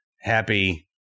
happy